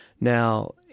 Now